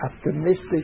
optimistic